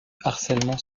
harcèlement